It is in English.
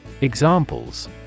Examples